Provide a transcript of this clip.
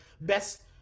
best